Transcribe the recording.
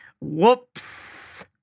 Whoops